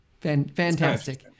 Fantastic